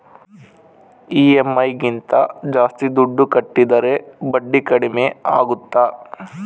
EMI ಗಿಂತ ಜಾಸ್ತಿ ದುಡ್ಡು ಕಟ್ಟಿದರೆ ಬಡ್ಡಿ ಕಡಿಮೆ ಆಗುತ್ತಾ?